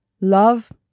love